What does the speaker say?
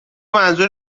منظور